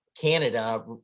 Canada